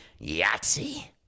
Yahtzee